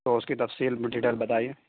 تو اس کی تفصیل ڈیٹیل بتائیے